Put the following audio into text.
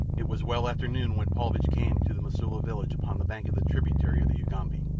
it was well after noon when paulvitch came to the mosula village upon the bank of the tributary of the ugambi.